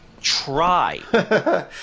try